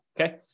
okay